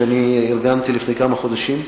שארגנתי לפני כמה חודשים.